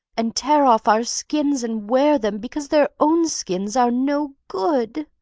and tear off our skins and wear them because their own skins are no good.